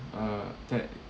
uh that